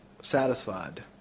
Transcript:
satisfied